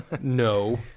No